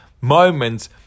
moments